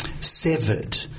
severed